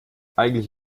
eigentlich